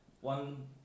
one